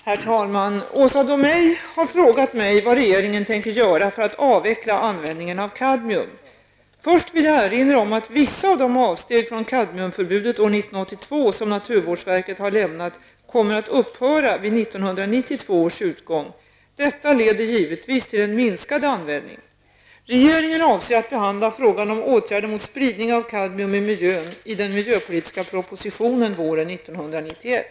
Herr talman! Åsa Domeij har frågat mig vad regeringen tänker göra för att avveckla användningen av kadmium. Först vill jag erinra om att vissa av de avsteg från kadmiumförbudet år 1982 som naturvårdsverket har lämnat kommer att upphöra vid utgången av år 1992. Detta leder givetvis till en minskad användning. Regeringen avser att behandla frågan om åtgärder mot spridning av kadmium i miljön i den miljöpolitiska propositionen våren 1991.